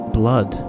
blood